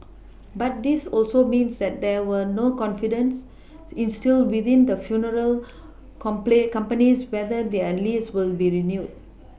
but this also means that there were no confidence instilled within the funeral com play companies whether their lease will be renewed